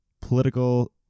political